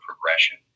progression